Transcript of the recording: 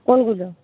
কোনগুলো